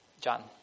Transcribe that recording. John